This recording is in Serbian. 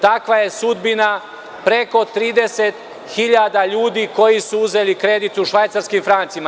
Takva je sudbina preko 30.000 ljudi koji su uzeli kredit u Švajcarskim francima.